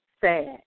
sad